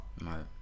Right